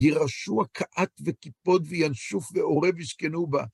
וִירֵשׁוּהָ קָאַת וְקִפּוֹד וְיַנְשׁוֹף וְעֹרֵב יִשְׁכְּנוּ בָהּ